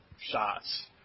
shots